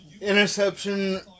interception